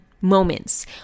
moments